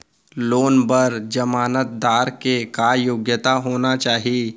Loan बर जमानतदार के का योग्यता होना चाही?